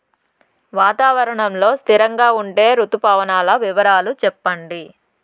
వాతావరణం లో స్థిరంగా ఉండే రుతు పవనాల వివరాలు చెప్పండి?